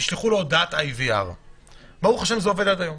ישלחו לו הודעת IVR. ברוך השם זה עובד עד היום.